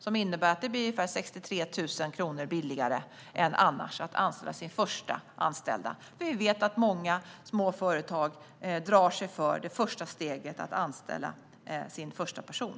Det innebär att det blir ungefär 63 000 kronor billigare än annars att anställa sin första anställda. Vi vet att många små företag drar sig för det första steget att anställa sin första person.